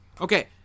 Okay